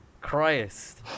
Christ